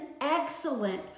excellent